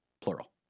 plural